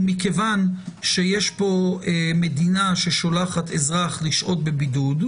ומכיוון שיש פה מדינה ששולחת אזרח לשהות בבידוד,